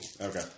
Okay